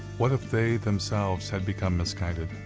what if they, themselves, had become misguided?